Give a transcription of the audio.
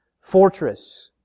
fortress